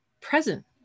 present